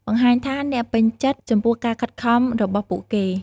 បង្ហាញថាអ្នកពេញចិត្តចំពោះការខិតខំរបស់ពួកគេ។